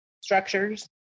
structures